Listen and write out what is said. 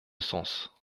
sens